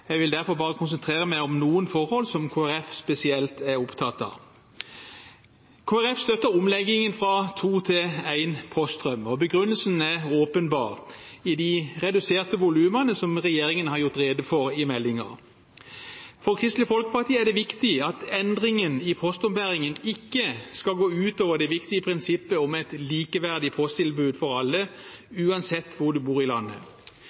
jeg vil derfor bare konsentrere meg om noen forhold som Kristelig Folkeparti er spesielt opptatt av. Kristelig Folkeparti støtter omleggingen fra to til én poststrøm, og begrunnelsen er åpenbar: de reduserte volumene, som regjeringen har gjort rede for i meldingen. For Kristelig Folkeparti er det viktig at endringen i postombæringen ikke skal gå ut over det viktige prinsippet om et likeverdig posttilbud for alle, uansett hvor man bor i landet.